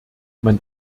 man